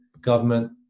government